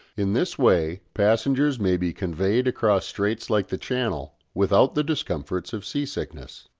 in this way passengers may be conveyed across straits like the channel without the discomforts of sea-sickness.